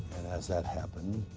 and as that happened,